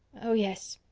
oh, yes.